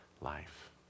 life